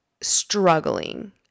struggling